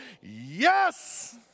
yes